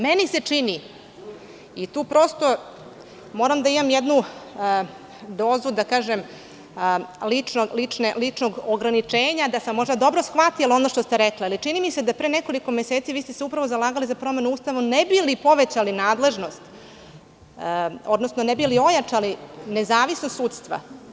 Meni se čini, i tu prosto moram da imam jednu dozu ličnog ograničenja, da sam možda dobro shvatila ono što ste rekli, ali čini mi se da ste se pre nekoliko meseci upravo zalagali za promenu Ustava, ne bi li povećali nadležnost, odnosno ojačali nezavisnost sudstva.